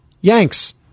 Yanks